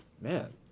man